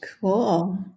Cool